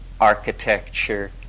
architecture